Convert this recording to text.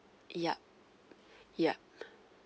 yup yup